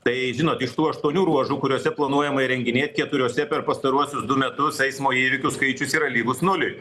tai žinot iš tų aštuonių ruožų kuriuose planuojama įrenginėt keturiose per pastaruosius du metus eismo įvykių skaičius yra lygus nuliui